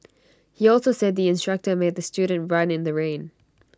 he also said the instructor made the student run in the rain